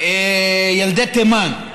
ילדי תימן.